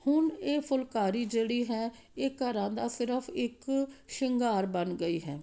ਹੁਣ ਇਹ ਫੁਲਕਾਰੀ ਜਿਹੜੀ ਹੈ ਇਹ ਘਰਾਂ ਦਾ ਸਿਰਫ ਇੱਕ ਸ਼ਿੰਗਾਰ ਬਣ ਗਈ ਹੈ